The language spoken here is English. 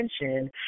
attention